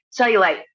cellulite